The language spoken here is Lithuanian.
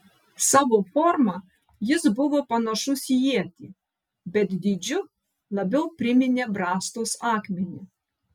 savo forma jis buvo panašus į ietį bet dydžiu labiau priminė brastos akmenį